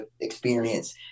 experience